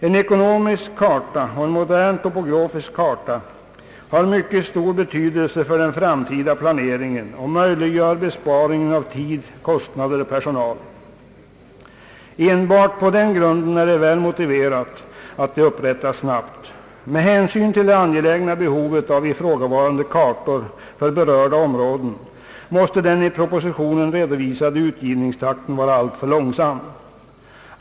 En ekonomisk karta och en modern topografisk karta har mycket stor betydelse för den framtida planeringen och möjliggör besparing av tid, kostnader och personal. Enbart på den grunden är det välmotiverat att kartorna upprättas snabbt. Med hänsyn till det angelägna behovet av ifrågavarande kartor för berörda områden måste den i propositionen redovisade utgivningstakten anses vara alltför långsam.